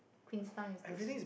Queenstown is too small